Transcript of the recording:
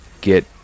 get